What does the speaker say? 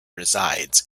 resides